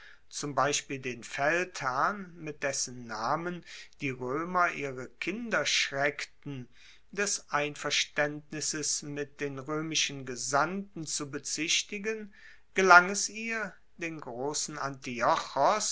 zum beispiel den feldherrn mit dessen namen die roemer ihre kinder schreckten des einverstaendnisses mit den roemischen gesandten zu bezichtigen gelang es ihr den grossen